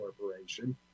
Corporation